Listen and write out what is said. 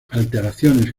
alteraciones